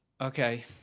Okay